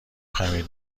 خمیر